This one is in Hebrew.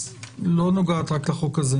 אוקיי.